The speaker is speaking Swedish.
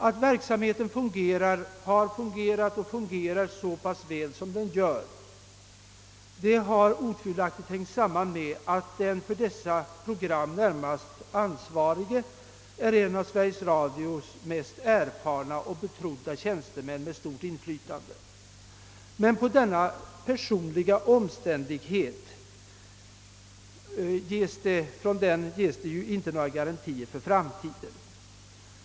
Att verksamheten har fungerat och fungerar så pass väl som den gör hänger otvivelaktigt samman med att den för dessa program närmast ansvarige är en av Sveriges Radios mest erfarna och betrodda tjänstemän med stort inflytande. Men denna omständighet kan ju inte utgöra någon garanti för framtiden.